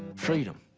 freedom.